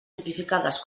tipificades